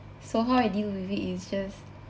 so how I deal with it is just